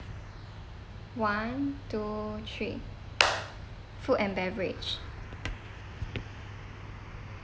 one two three food and beverage